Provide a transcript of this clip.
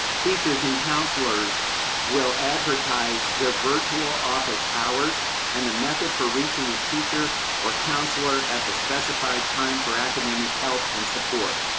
teachers and counselors will advertise their virtual office hours, and the method for reaching a teacher or counselor at the specified time for academic help and support.